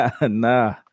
nah